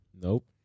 Nope